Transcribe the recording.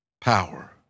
power